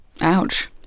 Ouch